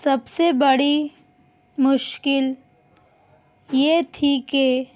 سب سے بڑی مشکل یہ تھی کہ